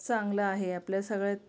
चांगलं आहे आपल्या सगळ्यात